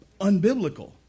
unbiblical